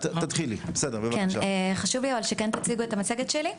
תודה, אני מבקשת שכן תציגו את המצגת שלי,